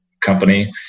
company